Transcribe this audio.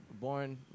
born